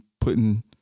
putting